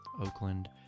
Oakland